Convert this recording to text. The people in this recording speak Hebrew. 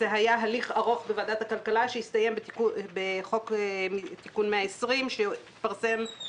זה היה הליך ארוך בוועדת הכלכלה שהסתיים בתיקון 120 לחוק שהתפרסם